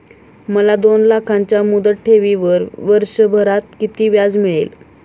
मला दोन लाखांच्या मुदत ठेवीवर वर्षभरात किती व्याज मिळेल?